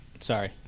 Sorry